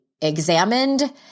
examined